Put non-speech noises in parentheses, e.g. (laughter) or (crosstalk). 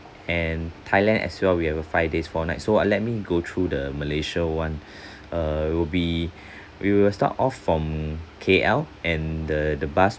and thailand as well we have a five days four nights so ah let me go through the malaysia one (breath) err will be (breath) we will start off from K_L and the the bus